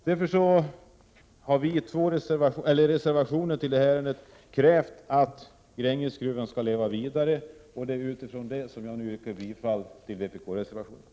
Därför har vi avgett reservationer, där vi kräver att Grängesgruvan skall leva vidare. Det är mot denna bakgrund som jag yrkar bifall till vpk-reservationerna.